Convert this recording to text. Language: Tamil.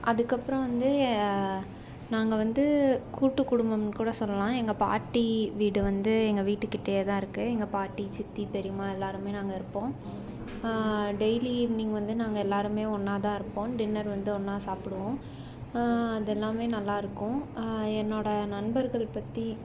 அதுக்கப்புறம் வந்து நாங்கள் வந்து கூட்டுக்குடும்பம்னு கூட சொல்லலாம் எங்கள் பாட்டி வீடு வந்து எங்கள் வீட்டுக்கிட்டையே தான் இருக்குது எங்கள் பாட்டி சித்தி பெரிம்மா எல்லாருமே நாங்கள் இருப்போம் டெய்லி ஈவினிங் வந்து நாங்கள் எல்லாருமே ஒன்றா தான் இருப்போம் டின்னர் வந்து ஒன்றா சாப்பிடுவோம் அதெல்லாமே நல்லா இருக்கும் என்னோடய நண்பர்கள் பற்றி